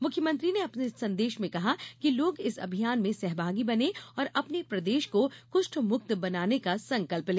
मुख्यमंत्री ने अपने संदेश में कहा है कि लोग इस अभियान में सहभागी में बने और अपने प्रदेश को कुष्ठ मुक्त बनाने का संकल्प ले